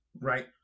Right